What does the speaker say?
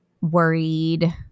worried